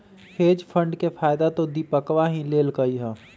hedge fund के फायदा तो दीपकवा ही लेल कई है